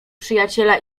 przyjaciela